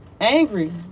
angry